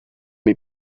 est